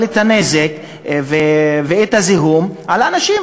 אבל את הנזק ואת הזיהום לאנשים.